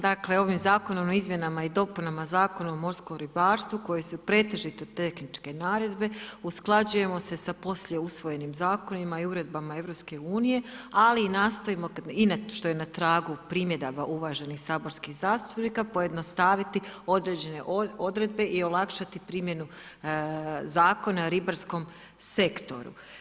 Dakle ovim zakonom o izmjenama i dopunama Zakona o morskom ribarstvu koje su pretežito tehničke naredbe usklađujemo se sa poslije usvojenim zakonima i uredbama EU, ali i nastojimo i što je na tragu primjedaba uvaženih saborskih zastupnika pojednostaviti određene odredbe i olakšati primjenu zakona o ribarskom sektoru.